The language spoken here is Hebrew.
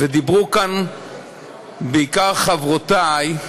ודיברו כאן בעיקר חברותי,